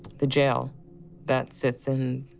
the jail that sits in.